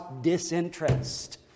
disinterest